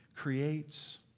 creates